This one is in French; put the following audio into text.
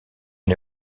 est